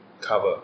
cover